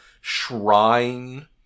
shrine